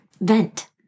Vent